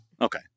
Okay